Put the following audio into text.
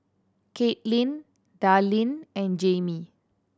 Caitlin Darleen and Jaime